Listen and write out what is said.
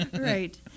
Right